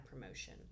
promotion